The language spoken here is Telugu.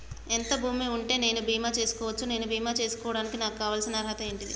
ఎంత భూమి ఉంటే నేను బీమా చేసుకోవచ్చు? నేను బీమా చేసుకోవడానికి నాకు కావాల్సిన అర్హత ఏంటిది?